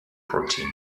protein